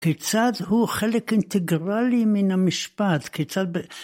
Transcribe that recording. כיצד הוא חלק אינטגרלי מן המשפט? כיצד ב...